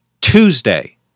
Tuesday